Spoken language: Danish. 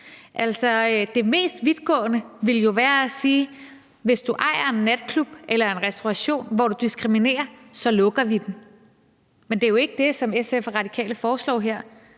det mest vidtgående ville jo være at sige, at vi, hvis du ejer en natklub eller en restauration, hvor du diskriminerer, så lukker den. Men det er jo ikke det, som SF og Radikale foreslår her.